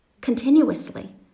Continuously